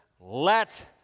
Let